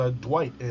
Dwight